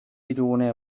hirigune